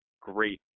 great